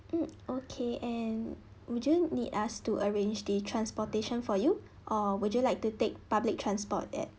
mm okay and would you need us to arrange the transportation for you or would you like to take public transport at